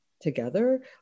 together